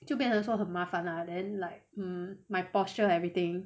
就变成说很麻烦 lah then like mm my posture everything